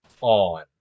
on